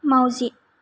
मावजि